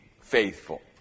faithful